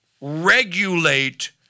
regulate